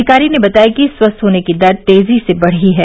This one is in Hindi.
अधिकारी ने बताया कि स्वस्थ होने की दर तेजी से बढ़ी है